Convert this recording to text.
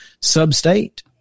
sub-state